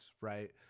right